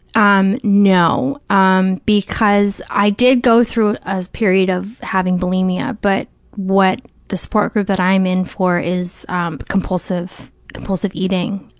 um no, um because i did go through a period of having bulimia, but what the support group that i'm in for is um compulsive compulsive eating,